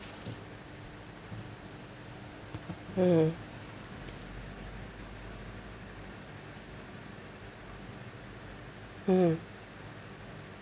mmhmm mmhmm